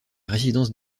résidence